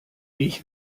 ich